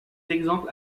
exemples